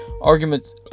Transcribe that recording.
arguments